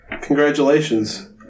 Congratulations